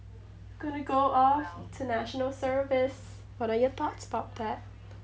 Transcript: gonna go off to national service what are your thoughts about that